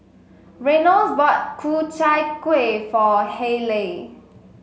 Reynolds bought Ku Chai Kuih for Hayleigh